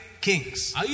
kings